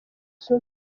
zuma